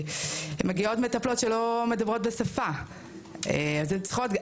מגיעות מטפלות שלא מדברות את השפה אז הן צריכות,